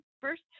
First